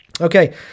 okay